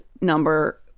number